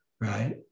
Right